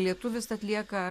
lietuvis atlieka